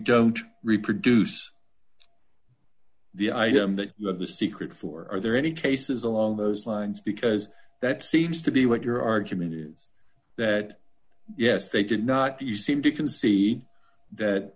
don't reproduce the item that you have the secret for are there any traces along those lines because that seems to be what your argument is that yes they did not you seem to can see that